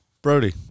brody